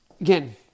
again